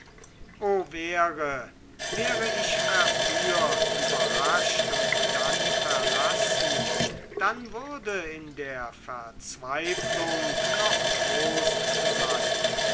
wäre wäre ich verführt überrascht und dann verlassen dann würde in der verzweiflung noch trost sein